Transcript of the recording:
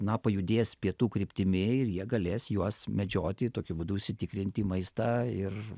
na pajudės pietų kryptimi ir jie galės juos medžioti tokiu būdu užsitikrinti maistą ir